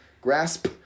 grasp